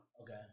Okay